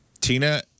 Tina